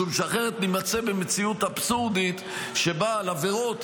משום שאחרת נימצא במציאות אבסורדית שבה על עבירות